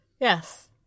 Yes